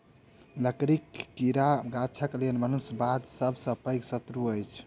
लकड़ीक कीड़ा गाछक लेल मनुष्य बाद सभ सॅ पैघ शत्रु अछि